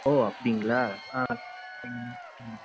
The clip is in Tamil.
ஓ அப்படிங்களா ஆ ம் ம்